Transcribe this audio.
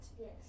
Yes